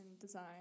design